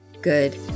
good